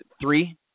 Three